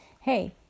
hey